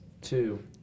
two